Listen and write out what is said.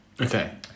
Okay